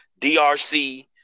DRC